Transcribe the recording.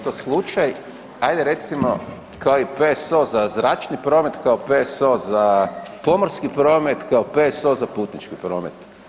Dakle, ... slučaj ajde recimo kao i PSO za zračni promet, kao PSO za pomorski promet, kao PSO za putnički promet.